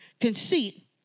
conceit